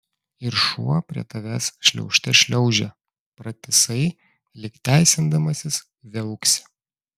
ir šuo prie tavęs šliaužte šliaužia pratisai lyg teisindamasis viauksi